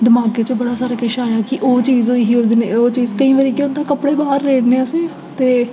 दमाकै च बड़ा सारा किश आया ओह् चीज होई ओह् चीज केईं बारी केह् होंदा कपड़े बाह्र रेड़नें असें ते